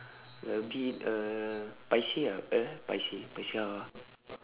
a bit uh paiseh ah uh paiseh paiseh how ah